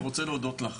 רוצה להודות לך